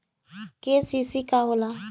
KCC का होला?